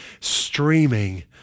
streaming